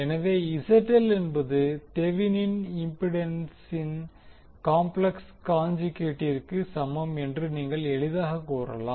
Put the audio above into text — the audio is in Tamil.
எனவே ZL என்பது தெவினின் இம்பிடன்சின் காம்ப்ளெக்ஸ் கான்ஜுகேட்ற்கு சமம் என்று நீங்கள் எளிதாகக் கூறலாம்